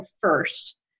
first